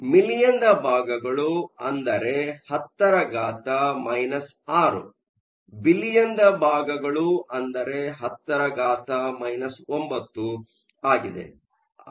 ಆದ್ದರಿಂದ ಮಿಲಿಯನ್ದ ಭಾಗಗಳು ಅಂದರೆ 10 6 ಬಿಲಿಯನ್ದ ಭಾಗಗಳು ಅಂದರೆ10 9 ಆಗಿದೆ